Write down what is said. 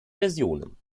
versionen